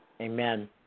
Amen